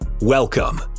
Welcome